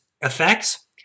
effects